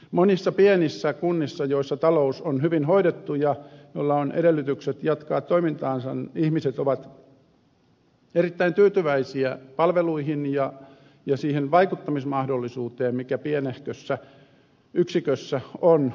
monissa pienissä kunnissa joissa talous on hyvin hoidettu ja joilla on edellytykset jatkaa toimintaansa ihmiset ovat erittäin tyytyväisiä palveluihin ja siihen vaikuttamismahdollisuuteen mikä pienehkössä yksikössä on olemassa